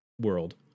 world